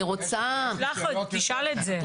תשאל את זה.